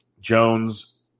Jones